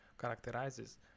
characterizes